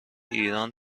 ایران